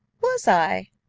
was i?